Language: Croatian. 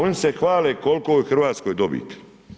Oni se hvale koliko je u Hrvatskoj dobiti.